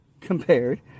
compared